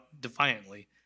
defiantly